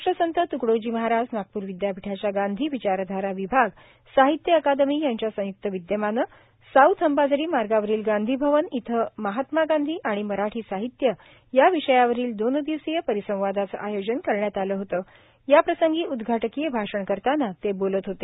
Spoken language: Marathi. राष्ट्रसंत त्कडोजी महाराज नागपूर विद्यापीठाच्या गांधी विचारधारा विभाग साहित्य अकादमी यांच्या संय्क्त विद्यमाने साऊथ अंबाझरी मार्गावरील गांधी भवन येथे महात्मा गांधी आणि मराठी साहित्य या विषयावरील दोन दिवसीय परिसंवादाचे आयोजन करण्यात आले होते याप्रसंगी उद्घाटकीय भाषण करतांना ते बोलत होते